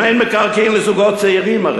הרי אין מקרקעין לזוגות צעירים?